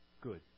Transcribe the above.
good